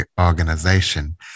organization